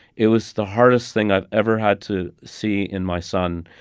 it was the hardest thing i've ever had to see in my son.